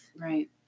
Right